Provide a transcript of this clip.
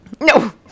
No